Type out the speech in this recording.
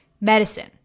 medicine